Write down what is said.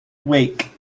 wake